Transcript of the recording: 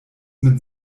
mit